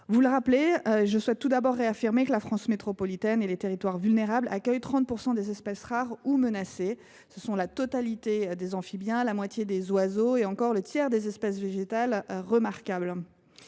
Monsieur le sénateur Michaël Weber, la France métropolitaine et les territoires vulnérables accueillent 30 % des espèces rares ou menacées, soit la totalité des amphibiens, la moitié des oiseaux ou encore le tiers des espèces végétales remarquables.